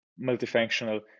multifunctional